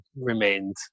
remained